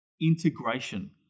integration